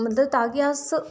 मतलब ताकि अस